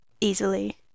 easily